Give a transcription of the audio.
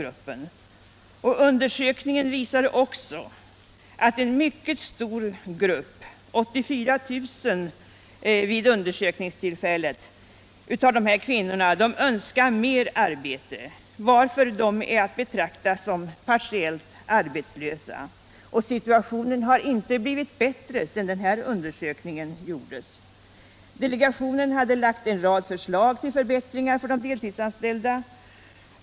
Undersökningen visade också att en mycket stor grupp, 84 000 vid undersökningstillfället, av dessa kvinnor önskade mer arbete, varför de är att betrakta som partiellt arbetslösa. Situationen har inte blivit bättre sedan undersökningen gjordes. Delegationen har lagt fram en rad förslag till förbättringar för de deltidsanställda.